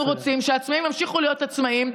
אנחנו רוצים שעצמאים ימשיכו להיות עצמאים,